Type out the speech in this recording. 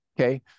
okay